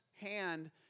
hand